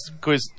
quiz